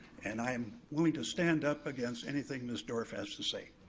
and i'm willing to stand up against anything miss dorff has to say.